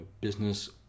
business